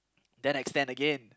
then extend again